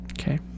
Okay